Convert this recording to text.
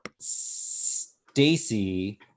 Stacy